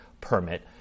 permit